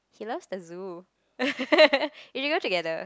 he loves the zoo we can go together